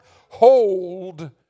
Hold